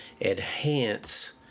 enhance